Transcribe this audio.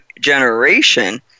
generation